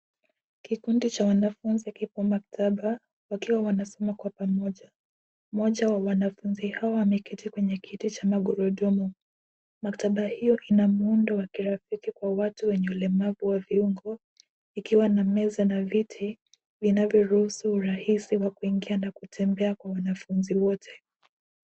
Kikundi cha wanafunzi kipo maktaba, wakiwa wanasoma kwa pamoja. Mmoja wa wanafunzi hawa ameketi kwenye kiti cha magurudumu. Maktaba hio ina muundo wa kirafiki kwa watu wenye ulemavu wa viungo, ikiwa na meza na viti vinavyoruhusu urahisi wa kuingia na kutembea kwa wanafunzi wote.